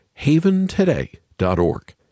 haventoday.org